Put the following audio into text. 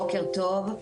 בוקר טוב,